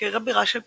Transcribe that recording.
כעיר הבירה של פולין,